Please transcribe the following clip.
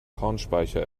kornspeicher